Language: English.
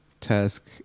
task